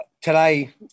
today